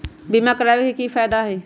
बीमा करबाबे के कि कि फायदा हई?